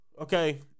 okay